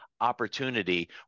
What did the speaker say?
opportunity